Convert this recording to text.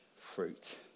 fruit